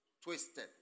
twisted